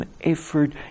effort